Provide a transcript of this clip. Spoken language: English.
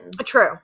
True